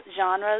genres